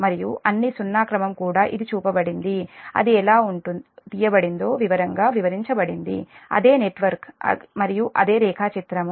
మరియు అన్ని సున్నా క్రమం కూడా ఇది చూపబడింది అది ఎలా తీయబడిందో వివరంగా వివరించబడింది అదే నెట్వర్క్ అదే నెట్వర్క్ మరియు అదే రేఖాచిత్రం